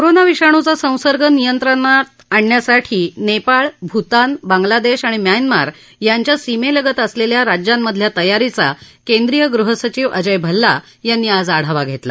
corona विषाणुचा संसर्ग नियंत्रणात आणण्यासाठी नेपाळ भूतान बांगलादेश आणि म्यानमार यांच्या सीमेलगत असलेल्या राज्यांमधल्या तयारीचा केंद्रिय गृहसचिव अजय भल्ला यांनी आज आढावा घेतला